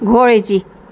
घोळेची